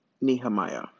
Nehemiah